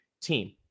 team